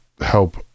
help